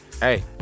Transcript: Hey